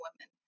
women